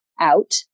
out